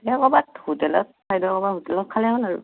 এই ক'ৰবাত হোটেলত খাই ল'ব বা হোটেলত খালে হ'ল আৰু